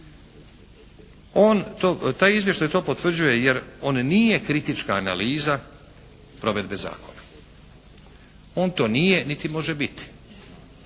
Taj izvještaj to potvrđuje jer on nije kritička analiza provedbe zakona. On to nije niti može biti.